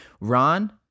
Ron